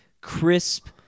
crisp